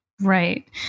Right